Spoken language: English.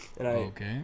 Okay